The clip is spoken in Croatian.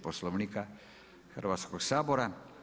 Poslovnika Hrvatskog sabora.